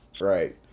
right